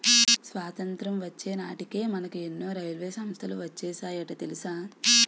స్వతంత్రం వచ్చే నాటికే మనకు ఎన్నో రైల్వే సంస్థలు వచ్చేసాయట తెలుసా